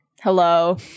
hello